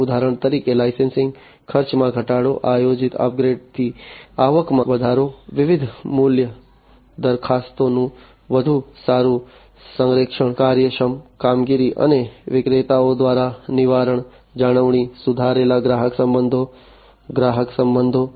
ઉદાહરણ તરીકે લાઇસન્સિંગ ખર્ચમાં ઘટાડો આયોજિત અપગ્રેડથી આવકમાં વધારો વિવિધ મૂલ્ય દરખાસ્તોનું વધુ સારું સંરેખણ કાર્યક્ષમ કામગીરી અને વિક્રેતાઓ દ્વારા નિવારક જાળવણી સુધારેલ ગ્રાહક સંબંધો ગ્રાહક સંબંધો